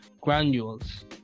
granules